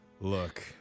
look